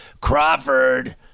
Crawford